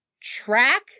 track